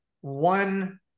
one